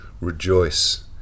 rejoice